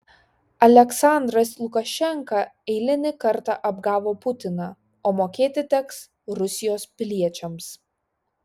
aliaksandras lukašenka eilinį kartą apgavo putiną o mokėti teks rusijos piliečiams